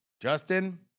Justin